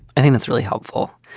i think that's really helpful.